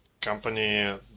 company